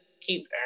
keep